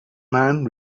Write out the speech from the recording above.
man